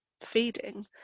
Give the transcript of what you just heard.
feeding